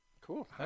Cool